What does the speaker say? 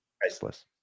priceless